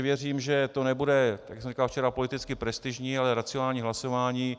Věřím, že to nebude, jak už jsem říkal včera, politicky prestižní, ale racionální hlasování.